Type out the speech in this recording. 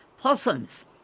possums